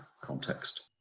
context